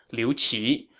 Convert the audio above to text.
liu qi,